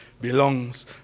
belongs